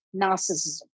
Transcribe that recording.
narcissism